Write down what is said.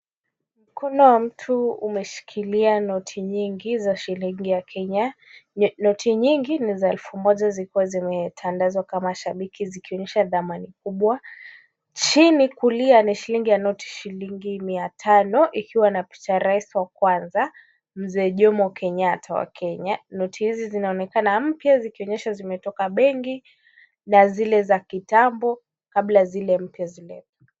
Mkono wa mtu umeshikilia noti nyingi za shilingi ya Kenya. Noti nyingi ni za elfu moja zikiwa zimetandazwa kama shabiki zikionyesha dhamani kubwa, chini kulia ni shilingi ya noti mia tano ikiwa na picha wa rais wa kwanza, mzee Jomo Kenyatta wa Kenya. Noti hizi zinaonekana mpya zikionyesha zimetoka benki na zile za Kitambo kabla zile mpya ziletwe.